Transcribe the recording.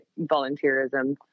volunteerism